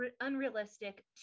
unrealistic